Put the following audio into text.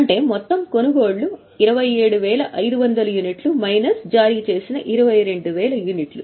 కాబట్టి మొత్తం కొనుగోళ్లు 27500 మైనస్ 22000